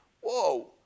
whoa